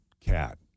cat